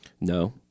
No